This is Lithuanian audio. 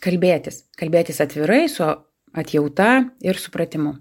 kalbėtis kalbėtis atvirai su atjauta ir supratimu